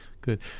good